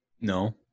No